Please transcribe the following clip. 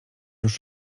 już